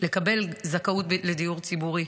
לקבל זכאות לדיור ציבורי.